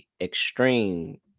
extreme –